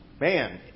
Man